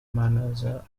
manager